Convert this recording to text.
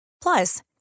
Plus